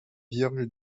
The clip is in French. vierge